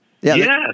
Yes